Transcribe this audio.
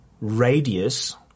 radius